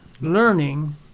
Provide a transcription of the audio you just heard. learning—